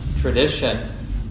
tradition